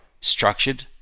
structured